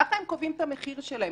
ככה הם קובעים את המחיר שלהם,